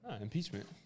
impeachment